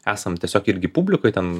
esam tiesiog irgi publikoj ten